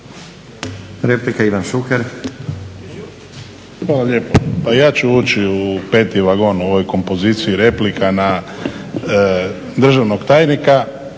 **Šuker, Ivan (HDZ)** Hvala lijepo. Pa ja ću ući u peti vagon u ovoj kompoziciji replika na državnog tajnika,